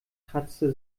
kratzte